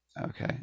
Okay